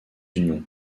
unions